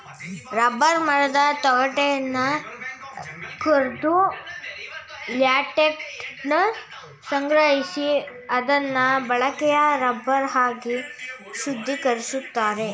rubber ಮರದ ತೊಗಟೆನ ಕೊರ್ದು ಲ್ಯಾಟೆಕ್ಸನ ಸಂಗ್ರಹಿಸಿ ಅದ್ನ ಬಳಕೆಯ ರಬ್ಬರ್ ಆಗಿ ಶುದ್ಧೀಕರಿಸ್ತಾರೆ